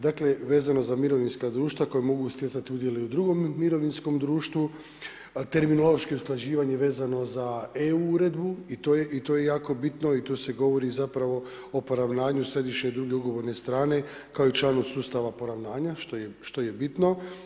Dakle, vezano za mirovinska društva koja mogu stjecati udjele i u drugom mirovinskom društvu, terminološki usklađivanje vezano za E-uredbu, i to je jako bitno i tu se govori zapravo o poravnanju središnjim i druge ugovorne strane, kao i članu sustava poravnanja – što je bitno.